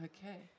Okay